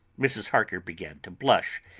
mrs. harker began to blush,